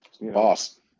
Boss